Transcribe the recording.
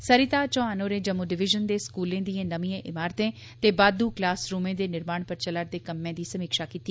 सरिता चौहान होरें जम्मू डिविजन दे स्कूलें दिएं नमिएं इमारतें ते बाद्दू क्लासरूमें दे निर्माण पर चला'रदे कम्में दी समीक्षा कीती